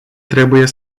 trebuie